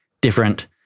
different